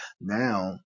now